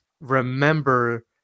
remember